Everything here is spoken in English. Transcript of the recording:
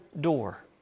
door